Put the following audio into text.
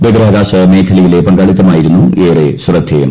ബഹിരാകാശ മേഖലയിലെ പങ്കാളിത്തമായിരുന്നു ഏറെ ശ്രദ്ധേയം